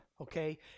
okay